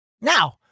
Now